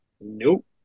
nope